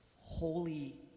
holy